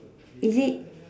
is it